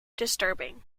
disturbing